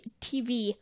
TV